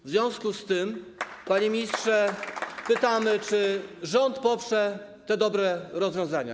W związku z tym, panie ministrze, pytamy, czy rząd poprze te dobre rozwiązania.